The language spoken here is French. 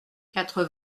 quatre